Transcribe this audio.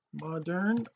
modern